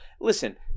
Listen